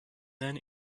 then